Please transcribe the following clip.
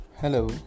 Hello